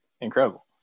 incredible